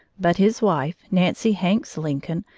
but his wife, nancy hanks lincoln,